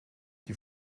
die